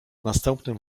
następnym